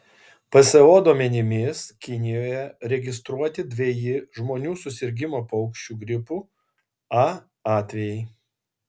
pso duomenimis kinijoje registruoti dveji žmonių susirgimo paukščiu gripu a atvejai